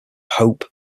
hope